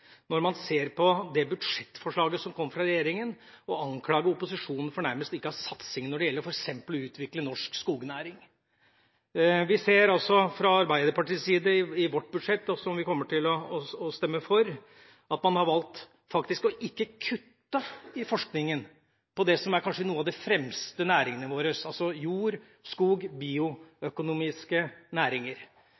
når man ser på det budsjettforslaget som kom fra regjeringa, å anklage opposisjonen for nærmest ikke å ha satsing når det gjelder f.eks. utvikling av norsk skognæring. Vi ser i Arbeiderpartiets budsjett, som vi kommer til å stemme for, at man har valgt ikke å kutte i forskninga på det som er kanskje noen av de fremste næringene våre, altså jord, skog